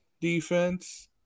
defense